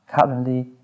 currently